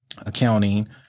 accounting